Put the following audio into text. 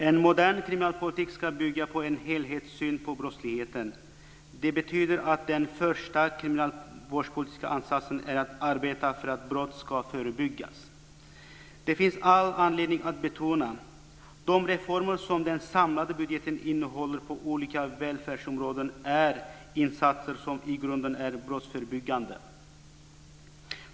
En modern kriminalpolitik ska bygga på en helhetssyn på brottsligheten. Det betyder att den första kriminalvårdspolitiska ansatsen är att arbeta för att brott ska förebyggas. Det finns all anledning att betona: De reformer som den samlade budgeten innehåller på olika välfärdsområden är insatser som i grunden är brottsförebyggande.